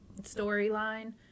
storyline